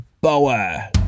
boa